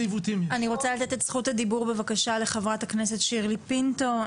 אני רוצה לתת זכות הדיבור בבקשה לחברת הכנסת שירלי פינטו,